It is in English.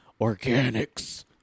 organics